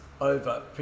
over